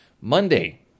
Monday